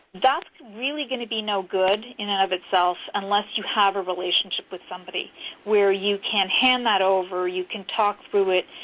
really going to be no good in and of itself unless you have a relationship with somebody where you can hand that over, you can talk through it,